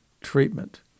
treatment